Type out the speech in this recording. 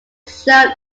shown